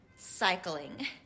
Cycling